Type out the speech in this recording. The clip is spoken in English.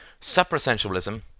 Suprasensualism